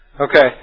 Okay